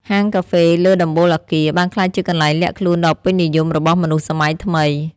ហាងកាហ្វេលើដំបូលអគារ បានក្លាយជាកន្លែងលាក់ខ្លួនដ៏ពេញនិយមរបស់មនស្សសម័យថ្មី។